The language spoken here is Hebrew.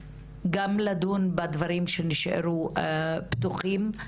גם לדון בדברים שנשארו פתוחים,